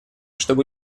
чтобы